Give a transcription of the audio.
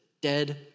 dead